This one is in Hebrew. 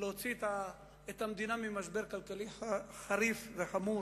להוציא את המדינה ממשבר כלכלי חריף וחמור.